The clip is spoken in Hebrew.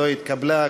הצבעה אלקטרונית.